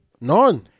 None